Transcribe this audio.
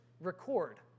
record